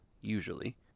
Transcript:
Usually